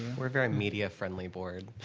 we're very media friendly board.